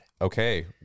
Okay